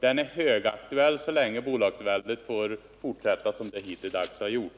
Den är högaktuell så länge bolagsväldet får fortsätta'som det hittilldags har gjort.